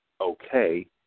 okay